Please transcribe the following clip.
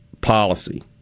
policy